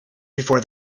before